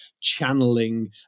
channeling